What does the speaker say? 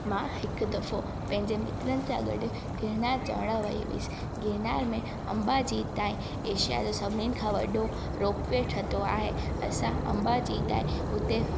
मां हिकु दफ़ो पंहिंजे मित्रनि सां गॾु गिरनार चढ़ण वई हुअसि गिरनार में अंबा जी ताईं एशिया जो सभिनीनि खां वॾो रोपवे ठाहियो आहे असां अंबा जी ताईं हुते